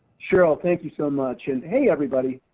cheryl, thank you so much and hey everybody!